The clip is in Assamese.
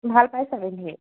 ভাল পাই চাগে সি